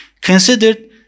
considered